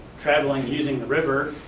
traveling, using the river.